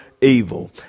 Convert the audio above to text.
evil